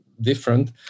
different